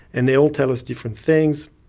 and they all tell us different things,